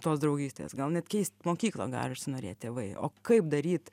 tos draugystės gal net keist mokyklą gali užsinorėt tėvai o kaip daryt